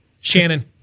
Shannon